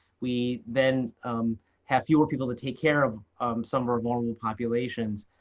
we then have fewer people to take care of some of our vulnerable populations.